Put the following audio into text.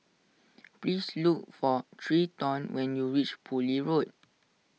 please look for Treyton when you reach Poole Road